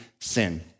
sin